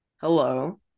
Hello